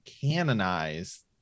canonize